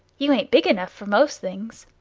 you ain't big enough for most things.